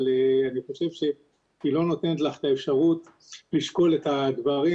אבל אני חושב שהיא לא נותנת לך את האפשרות לשקול את הדברים